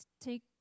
take